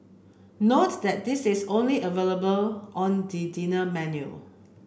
note that this is only available on the dinner menu